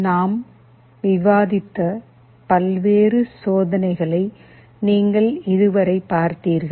நாம் விவாதித்த பல்வேறு சோதனைகளை நீங்கள் இதுவரை பார்த்தீர்கள்